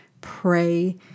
pray